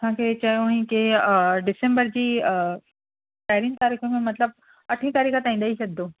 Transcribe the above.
असांखे चयो हुयाईं की डिसेम्बर जी पहिरीं तारीख़ में मतलबु अठीं तारीख़ ताईं ॾेई छॾींदो